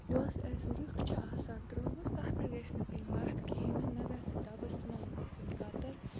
یۄس اَسہِ رٕکھ چھِ آسان ترٛٲومٕژ تَتھ پٮ۪ٹھ گَژھِ نہٕ پیٚنۍ لَتھ کِہیٖنۍ نہٕ نہ گژھِ ڈَبَس منٛز گَژھٕنۍ قَطٕر